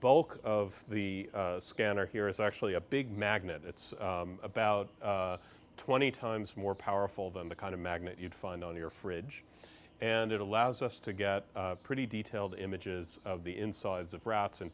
bulk of the scanner here is actually a big magnet it's about twenty times more powerful than the kind of magnet you'd find on your fridge and it allows us to get pretty detailed images of the insides of rats in